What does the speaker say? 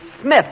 Smith